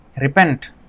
repent